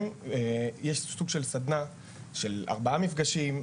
יש סוג של סדנא של ארבעה מפגשים.